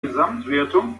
gesamtwertung